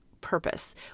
purpose